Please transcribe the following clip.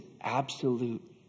absolute